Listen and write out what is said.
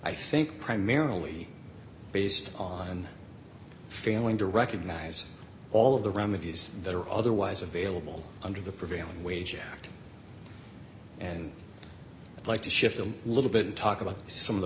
i think primarily based on failing to recognize all of the remedies that are otherwise available under the prevailing wage act and like to shift a little bit and talk about some of the